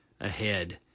ahead